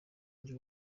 njye